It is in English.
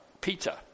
Peter